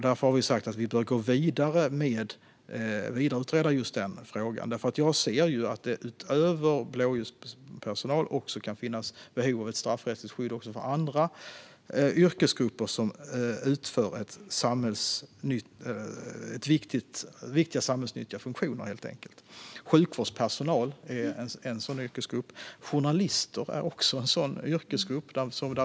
Därför har vi sagt att vi bör vidareutreda just den frågan. Jag ser ju att det kan finnas behov av ett straffrättsligt skydd också för andra yrkesgrupper, utöver blåljuspersonal, som utför viktiga samhällsnyttiga funktioner. Sjukvårdspersonal är en sådan yrkesgrupp. Journalister är också en sådan yrkesgrupp.